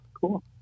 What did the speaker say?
Cool